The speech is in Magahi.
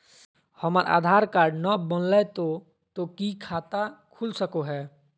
हमर आधार कार्ड न बनलै तो तो की खाता खुल सको है?